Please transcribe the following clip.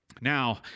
Now